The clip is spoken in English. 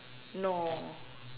no